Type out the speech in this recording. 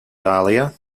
dahlia